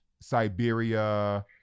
Siberia